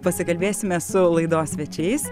pasikalbėsime su laidos svečiais